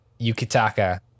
Yukitaka